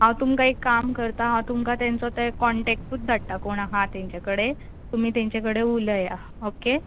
हांव तुमकां एक काम करता हांव तुमकां तेंचो ते कॉण्टॅक्टूत धाडटा कोण आसा तेंचे कडेन तुमी तेंचे कडेन उलया ओके